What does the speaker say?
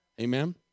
Amen